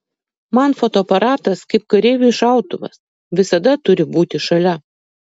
man fotoaparatas kaip kareiviui šautuvas visada turi būti šalia